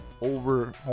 over